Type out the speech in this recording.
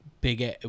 big